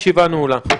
הישיבה נעולה.